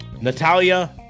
Natalia